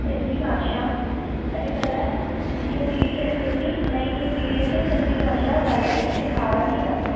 सिंधी भाषा अॼुकल्हि जीअं पीढ़ी अचे थी नईं नईं पीढ़ीअ खे सिंधी भाषा ॻाल्हाइण सेखारन ई नथा